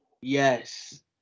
Yes